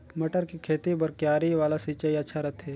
मटर के खेती बर क्यारी वाला सिंचाई अच्छा रथे?